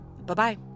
Bye-bye